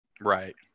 right